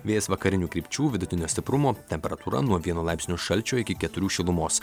vėjas vakarinių krypčių vidutinio stiprumo temperatūra nuo vieno laipsnio šalčio iki keturių šilumos